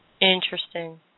Interesting